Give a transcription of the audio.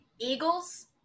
Eagles